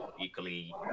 equally